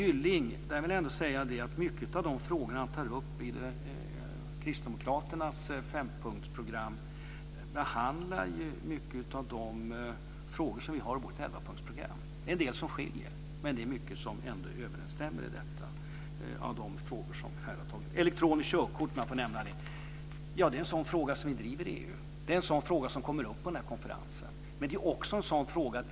Många av de frågor som Johnny Gylling tar upp i Kristdemokraternas fempunktsprogram behandlar det som vi har i vårt elvapunktsprogram. En del skiljer, men mycket överensstämmer ändå i de frågor som har tagits upp. Elektroniskt körkort, om jag får nämna det, är en sådan fråga som vi driver i EU. Det är en fråga som kommer upp på konferensen. Men det är också en sådan fråga som inte bara gäller Sverige.